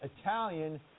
Italian